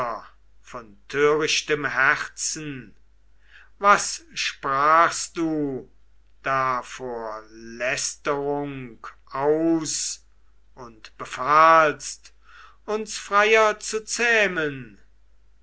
von törichtem herzen was sprachst du da für lästerung aus und befahlst uns freier zu zähmen